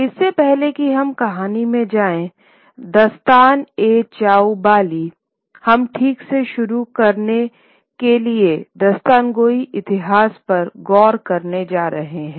इससे पहले कि हम कहानी में जाएं दास्तान ए चाउ बाली हम ठीक से शुरू करने के लिए दास्तानगोई इतिहास पर गौर करने जा रहे हैं